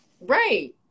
right